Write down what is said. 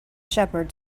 shepherd